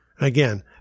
Again